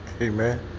Amen